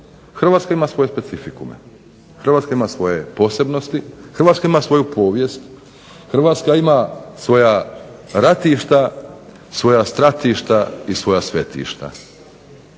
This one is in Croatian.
Hrvatska ima svoje specifikume. Hrvatska ima svoje posebnosti, Hrvatska ima svoju povijest, Hrvatska ima svoja ratišta, svoja stratišta i svoja svetišta.